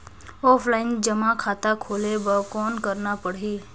Offline जमा खाता खोले बर कौन करना पड़ही?